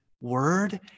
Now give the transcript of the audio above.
word